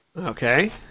Okay